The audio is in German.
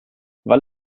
weil